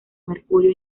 mercurio